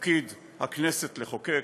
תפקיד הכנסת לחוקק,